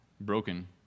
broken